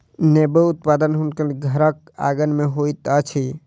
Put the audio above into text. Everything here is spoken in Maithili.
नेबो उत्पादन हुनकर घरक आँगन में होइत अछि